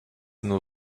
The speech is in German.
nur